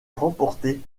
remportée